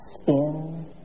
spin